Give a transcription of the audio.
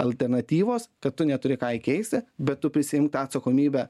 alternatyvos kad tu neturi ką įkeisti bet tu prisiimk tą atsakomybę